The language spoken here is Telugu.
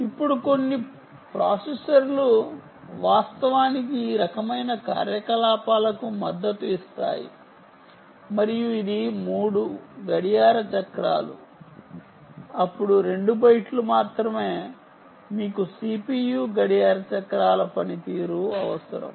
ఇప్పుడు కొన్ని ప్రాసెసర్లు వాస్తవానికి ఈ రకమైన కార్యకలాపాలకు మద్దతు ఇస్తాయి మరియు ఇది 3 గడియార చక్రాలు అప్పుడు 2 బైట్లు మాత్రమే మీకు CPU గడియార చక్రాల పనితీరు అవసరం